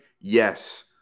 Yes